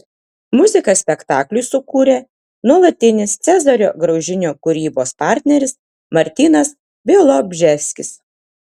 muziką spektakliui sukūrė nuolatinis cezario graužinio kūrybos partneris martynas bialobžeskis